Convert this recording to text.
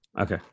Okay